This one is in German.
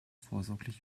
vorsorglich